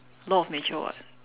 law of nature [what]